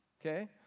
okay